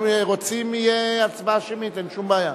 אם רוצים, תהיה הצבעה שמית, אין שום בעיה.